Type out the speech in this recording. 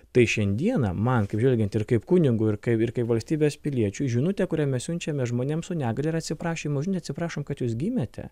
tai šiandieną man kaip žvelgiant ir kaip kunigui ir kaip ir kaip valstybės piliečiui žinutę kurią mes siunčiame žmonėms su negalia ir atsiprašymo atsiprašom kad jūs gimėte